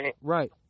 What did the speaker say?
Right